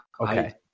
Okay